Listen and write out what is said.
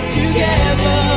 together